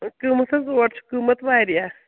قۭمَتھ حظ اور چھُ قۭمَتھ واریاہ